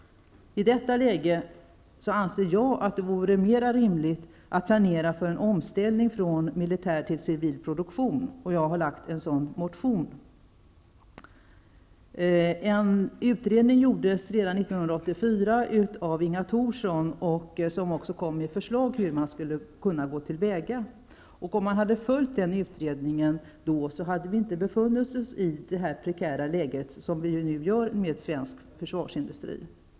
I detta läge anser jag att det vore mera rimligt att planera för en omställning från militär till civil produktion. Jag har väckt en motion i den frågan. En utredning gjordes redan 1984 av Inga Thorsson, som också kom med förslag till hur man skulle kunna gå till väga. Hade utredningens förslag följts då, hade vi inte befunnit oss i det prekära läge vi nu gör med den svenska försvarsindustrin.